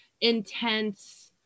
intense